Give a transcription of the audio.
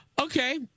Okay